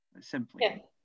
simply